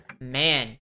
Man